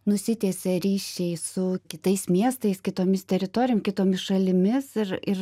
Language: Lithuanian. nusitiesė ryšiai su kitais miestais kitomis teritorijom kitomis šalimis ir ir